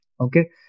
Okay